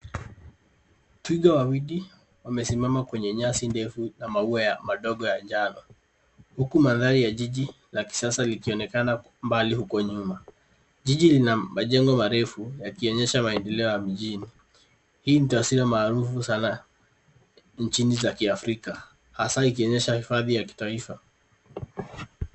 Twiga wawili wamesimama kwenye nyasi ndefu na maua madogo ya njano huku mandhari ya jiji la kisasa likionekana mbali huko nyuma. Jiji lina majengo marefu yakionyesha maendeleo ya mijini. Hii ni taswira maarufu sana nchini za Kiafrika hasa ikionyesha hifadhi ya kitaifa.